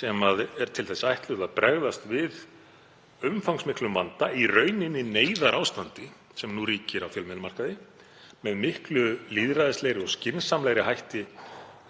sem er til þess ætluð að bregðast við umfangsmiklum vanda, í rauninni neyðarástandi sem nú ríkir á fjölmiðlamarkaði, með miklu lýðræðislegri og skynsamlegri hætti